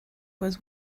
was